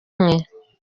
umwe